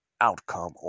outcome